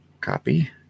copy